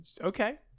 Okay